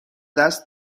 دست